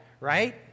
Right